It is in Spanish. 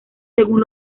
según